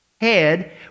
head